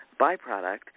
byproduct